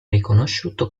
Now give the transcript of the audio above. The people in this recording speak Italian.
riconosciuto